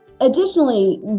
Additionally